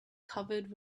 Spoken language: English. covered